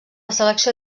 selecció